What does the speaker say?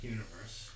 Universe